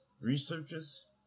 Researchers